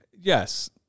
yes